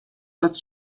dat